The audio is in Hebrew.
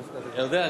ירדנה,